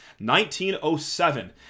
1907